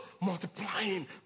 multiplying